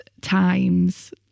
times